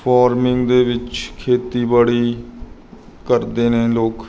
forming ਦੇ ਵਿੱਚ ਖੇਤੀਬਾੜੀ ਕਰਦੇ ਨੇ ਲੋਕ